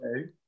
Okay